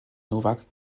novak